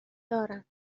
دارم